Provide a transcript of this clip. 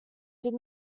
did